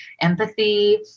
empathy